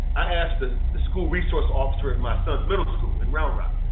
i asked ah the school resource officer at my son's middle school in round rock,